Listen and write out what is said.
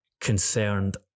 concerned